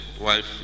wife